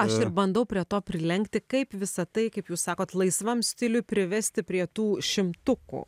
aš ir bandau prie to prilenkti kaip visa tai kaip jūs sakot laisvam stiliuj privesti prie tų šimtukų